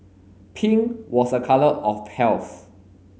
pink was a color of health